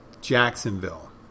Jacksonville